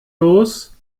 los